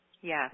Yes